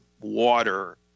water